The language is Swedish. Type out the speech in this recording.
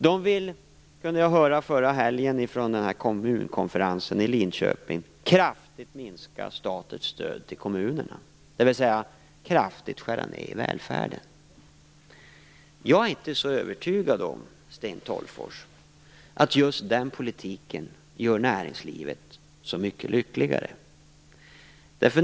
De vill, kunde jag höra förra helgen från kommunkonferensen i Linköping, kraftigt minska statens stöd till kommunerna, dvs. kraftigt skära ned välfärden. Jag är inte så övertygad om, Sten Tolgfors, att just den politiken gör näringslivet så mycket lyckligare.